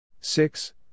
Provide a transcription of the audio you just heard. six